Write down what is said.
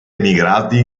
emigrati